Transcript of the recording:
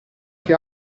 che